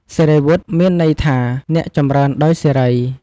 សិរីវុឌ្ឍ មានន័យថា អ្នកចម្រីនដោយសិរី។